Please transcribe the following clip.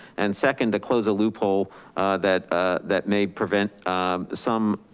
and second to close a loophole that ah that may prevent some